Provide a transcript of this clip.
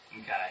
Okay